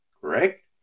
Correct